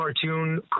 cartoon